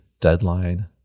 deadline